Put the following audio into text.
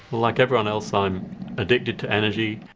like everyone else i'm addicted to energy.